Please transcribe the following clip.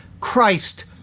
Christ